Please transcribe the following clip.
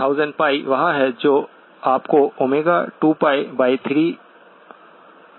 4000 वह है जो आपको ω2π3or cos2π3n देता है